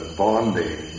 bonding